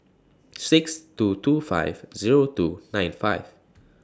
six two two five Zero two nine five